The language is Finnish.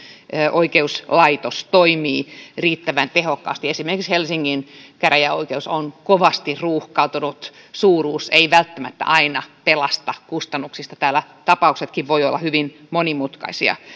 oikeuslaitos toimii riittävän tehokkaasti esimerkiksi helsingin käräjäoikeus on kovasti ruuhkautunut suuruus ei välttämättä aina pelasta kustannuksista täällä ta paukset voivat olla hyvin monimutkaisia